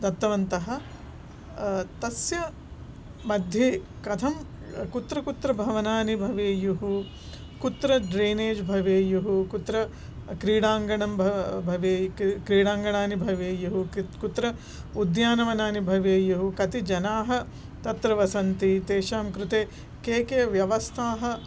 दत्तवन्तः तस्य मध्ये कथं कुत्र कुत्र भवनानि भवेयुः कुत्र ड्रेनेज् भवेयुः कुत्र क्रिडाङ्गणं भ भवेत् क्रिडाङ्गणानि भवेयुः क् कुत्र उद्यानवनानि भवेयुः कति जनाः तत्र वसन्ति तेषां कृते काः काः व्यवस्थाः